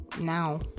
now